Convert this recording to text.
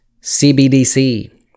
CBDC